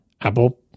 apple